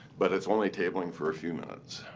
but it's only tabling for a few minutes.